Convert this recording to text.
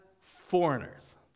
foreigners